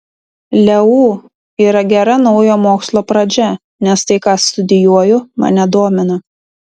leu yra gera naujo mokslo pradžia nes tai ką studijuoju mane domina